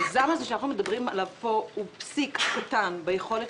המיזם הזה שאנחנו מדברים עליו פה הוא פסיק קטן ביכולת